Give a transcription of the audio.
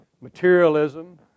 materialism